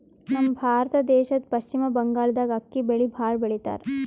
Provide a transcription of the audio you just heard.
ನಮ್ ಭಾರತ ದೇಶದ್ದ್ ಪಶ್ಚಿಮ್ ಬಂಗಾಳ್ದಾಗ್ ಅಕ್ಕಿ ಬೆಳಿ ಭಾಳ್ ಬೆಳಿತಾರ್